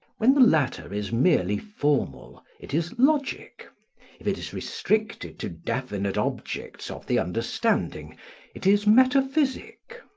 when the latter is merely formal it is logic if it is restricted to definite objects of the understanding it is metaphysic.